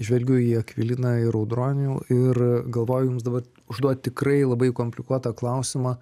žvelgiu į akviliną ir audronių ir galvoju jums daba užduot tikrai labai komplikuotą klausimą